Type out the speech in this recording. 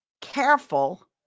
careful